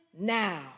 now